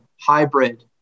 hybrid